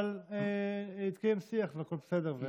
אבל יתקיים שיח, והכול בסדר.